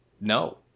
No